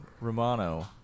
Romano